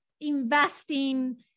investing